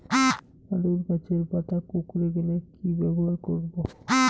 আলুর গাছের পাতা কুকরে গেলে কি ব্যবহার করব?